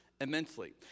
immensely